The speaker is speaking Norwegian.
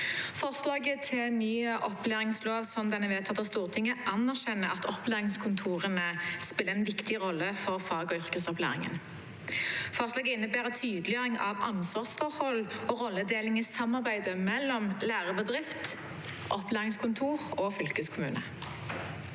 Forslaget til ny opplæringslov som den er vedtatt av Stortinget, anerkjenner at opplæringskontorene spiller en viktig rolle for fag- og yrkesopplæringen. Forslaget innebærer en tydeliggjøring av ansvarsforhold og rolledeling i samarbeidet mellom lærebedrift, opplæringskontor og fylkeskommune.